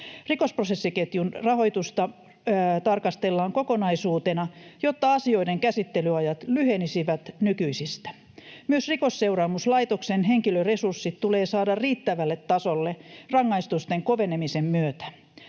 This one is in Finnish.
Rikosprosessiketjun rahoitusta tarkastellaan kokonaisuutena, jotta asioiden käsittelyajat lyhenisivät nykyisistä. Myös Rikosseuraamuslaitoksen henkilöresurssit tulee saada riittävälle tasolle rangaistusten kovenemisen myötä.